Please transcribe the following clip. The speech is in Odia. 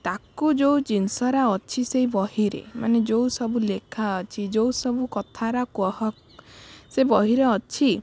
ତାକୁ ଯେଉଁ ଜିନିଷ ଅରା ଅଛି ସେଇ ବହିରେ ମାନେ ଯେଉଁ ସବୁ ଲେଖା ଅଛି ଯେଉଁ ସବୁ କଥା ଅରା ସେ ବହିରେ ଅଛି